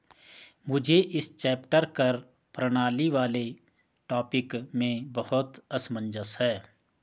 मुझे इस चैप्टर कर प्रणाली वाले टॉपिक में बहुत असमंजस है